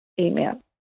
Amen